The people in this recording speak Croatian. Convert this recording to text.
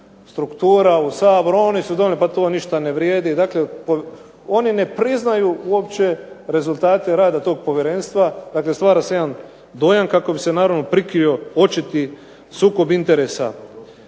struktura u Saboru, oni su donijeli pa to ništa ne vrijedi. Dakle, oni ne priznaju uopće rezultate rada tog povjerenstva, dakle stvara se jedan dojam kako bi se naravno prikrio očiti sukob interesa.